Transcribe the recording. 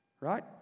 Right